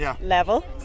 level